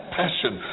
passion